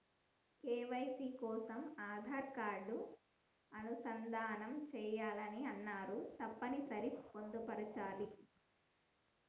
KYC కోసం Aadhaar card అనుసంధానం చేయాలని అన్నరు తప్పని సరి పొందుపరచాలా?